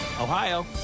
Ohio